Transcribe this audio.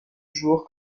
jour